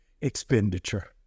expenditure